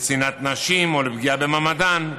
לשנאת נשים או לפגיעה במעמדן,